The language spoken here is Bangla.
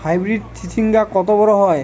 হাইব্রিড চিচিংঙ্গা কত বড় হয়?